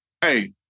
Hey